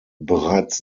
bereits